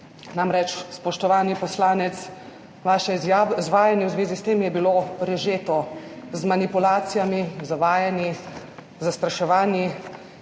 Namreč, spoštovani poslanec, vaše izvajanje v zvezi s tem je bilo prežeto z manipulacijami, zavajanji, zastraševanji.